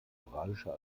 moralischer